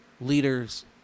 leaders